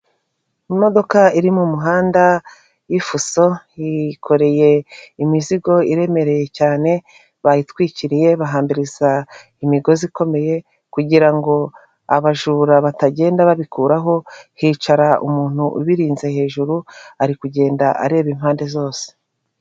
Imodoka iri mu muhanda y'ifuso yikoreye imizigo iremereye cyane bayitwikiriye bahambiriza imigozi ikomeye kugira ngo abajura batagenda babikuraho hicara umuntu ubirinze hejuru ari kugenda areba impande zose.